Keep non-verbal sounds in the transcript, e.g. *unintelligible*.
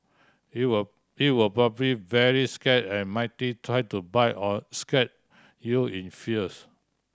it will it will probably very scared and *unintelligible* try to bite or scratch you in fears